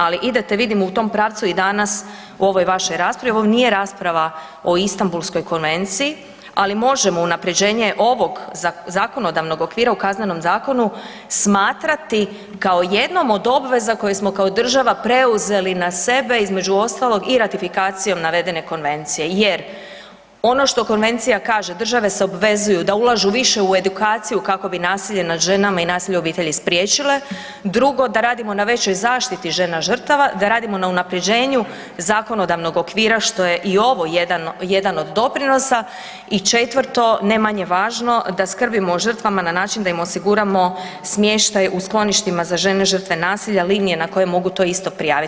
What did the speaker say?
Ali idete vidim u tom pravcu i danas u ovoj vašoj raspravi, ovo nije rasprava o Istanbulskoj konvenciji ali možemo unaprjeđenje ovog zakonodavnog okvira u Kaznenom zakonu smatrati kao jednom od obveza koje smo kao država preuzeli na sebe, između ostalog i ratifikacijom navedene Konvencije jer ono što Konvencija kaže, države se obvezuju da ulažu više u edukaciju kako bi nasilje nad ženama i nasilje u obitelji spriječile, drugo, da radimo na većoj zaštiti žena žrtava, da radimo na unaprjeđenju zakonodavnog okvira što je i ovo jedan od doprinosa, i četvrto, ne manje važno, da skrbimo o žrtvama na način da im osiguramo smještaj u skloništima za žene žrtve nasilja, linije na koje mogu to isto prijaviti.